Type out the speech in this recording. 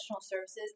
services